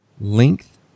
length